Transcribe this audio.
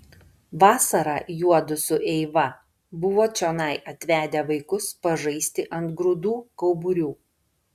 vasarą juodu su eiva buvo čionai atvedę vaikus pažaisti ant grūdų kauburių